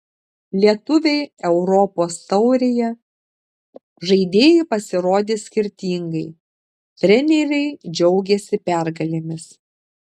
lietuviai europos taurėje žaidėjai pasirodė skirtingai treneriai džiaugėsi pergalėmis